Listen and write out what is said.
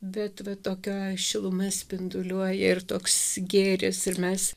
bet va tokia šiluma spinduliuoja ir toks gėris ir mes